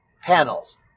panels